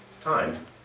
time